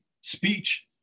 speech